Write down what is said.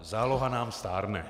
Záloha nám stárne.